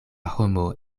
homo